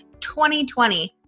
2020